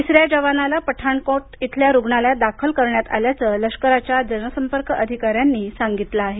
तिसऱ्या जवानाला पठाणकोट इथल्या रुग्णालयात दाखल करण्यात आल्याचं लष्कराच्या जनसंपर्क अधिकाऱ्यांनी सांगितलं आहे